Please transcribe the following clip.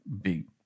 big